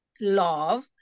love